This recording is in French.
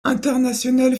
international